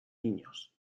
niños